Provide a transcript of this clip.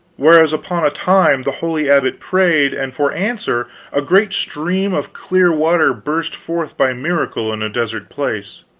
whereas, upon a time, the holy abbot prayed, and for answer a great stream of clear water burst forth by miracle in a desert place.